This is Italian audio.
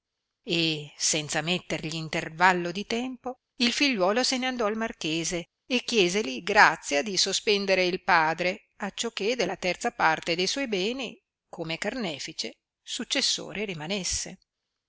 e senza mettergli intervallo di tempo il figliuolo se ne andò al marchese e chieseli grazia di sospendere il padre acciò che della terza parte de suoi beni come carnefice successore rimanesse